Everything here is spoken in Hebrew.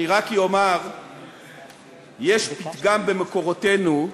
אני רק אומר שיש פתגם במקורותינו: